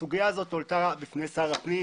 הסוגיה הזו הועלתה בפני שר הפנים,